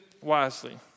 wisely